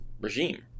regime